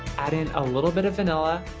add in a little bit of vanilla,